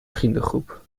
vriendengroep